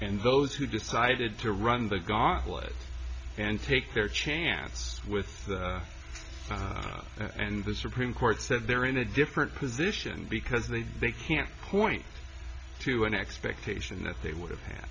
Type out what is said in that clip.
and those who decided to run the gauntlet and take their chance with that and the supreme court said they're in a different position because they they can't point to an expectation that they would have tha